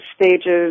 stages